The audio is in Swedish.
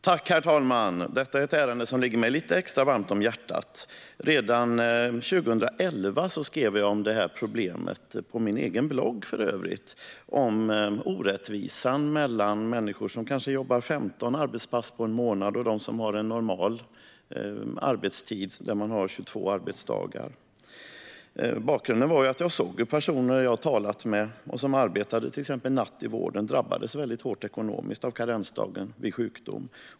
Herr talman! Detta är ett ärende som ligger mig lite extra varmt om hjärtat. Redan 2011 skrev jag om det här problemet på min egen blogg, om orättvisan mellan dem som kanske jobbar 15 arbetspass på en månad och dem som har normal arbetstid med 22 arbetsdagar. Bakgrunden var att jag hade talat med personer som arbetade till exempel natt inom vården, och jag såg att de drabbades hårt ekonomiskt av karensdagen vid sjukdom.